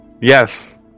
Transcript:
Yes